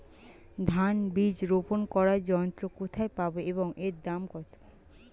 ধান বীজ রোপন করার যন্ত্র কোথায় পাব এবং এর দাম কত?